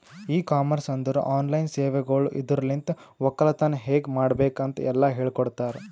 E commerce ಅಂದುರ್ online ಸೇವೆಗೊಳ್ ಇದುರಲಿಂತ್ ಒಕ್ಕಲತನ ಹೇಗ್ ಮಾಡ್ಬೇಕ್ ಅಂತ್ ಎಲ್ಲಾ ಹೇಳಕೊಡ್ತಾರ್